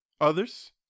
others